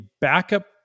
backup